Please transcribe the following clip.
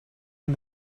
and